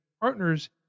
partners